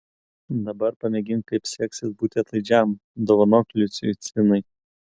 dabar pamėgink kaip seksis būti atlaidžiam dovanok liucijui cinai